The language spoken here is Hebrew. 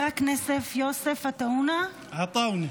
תודה.